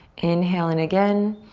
inhale in again.